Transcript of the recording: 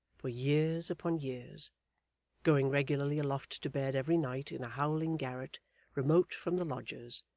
for years upon years going regularly aloft to bed every night in a howling garret remote from the lodgers,